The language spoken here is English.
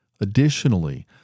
Additionally